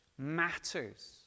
matters